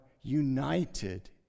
united